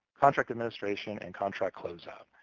contract administration, and contract close out.